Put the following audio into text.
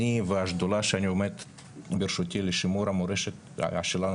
אני והשדולה שאני אומר בראשה לשימור המורשת שלנו,